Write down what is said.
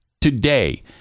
today